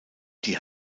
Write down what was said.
die